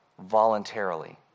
voluntarily